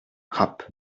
rapp